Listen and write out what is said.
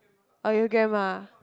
oh your grandma